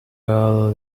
girl